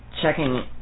checking